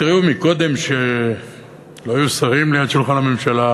התריעו קודם שלא היו שרים ליד שולחן הממשלה,